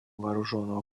вооруженного